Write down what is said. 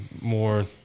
more